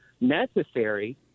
necessary